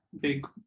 big